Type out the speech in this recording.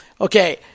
okay